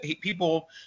People